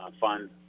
fund